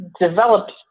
developed